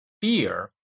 fear